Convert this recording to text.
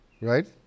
right